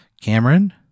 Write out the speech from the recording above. Cameron